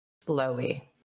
Slowly